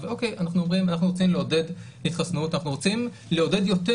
ואוקיי אנחנו אומרים אנחנו רוצים לעודד התחסנות אנחנו רוצים לעודד יותר